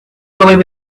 believe